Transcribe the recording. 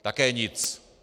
Také nic.